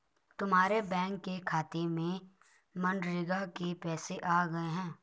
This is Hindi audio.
तुम्हारे बैंक के खाते में मनरेगा के पैसे आ गए हैं